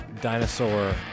dinosaur